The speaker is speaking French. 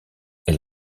elle